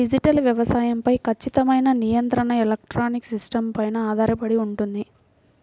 digital వ్యవసాయం పై ఖచ్చితమైన నియంత్రణ ఎలక్ట్రానిక్ సిస్టమ్స్ పైన ఆధారపడి ఉంటుంది